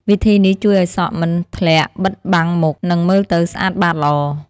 វិធីនេះជួយឲ្យសក់មិនធ្លាក់បិទបាំងមុខ និងមើលទៅស្អាតបាតល្អ។